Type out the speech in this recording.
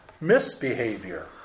misbehavior